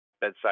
bedside